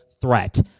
threat